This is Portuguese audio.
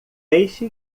peixe